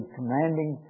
commanding